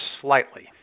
slightly